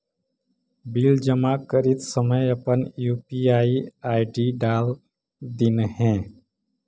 bill जमा करित समय अपन यू.पी.आई आई.डी डाल दिन्हें